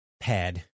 pad